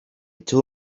two